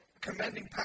commending